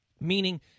Meaning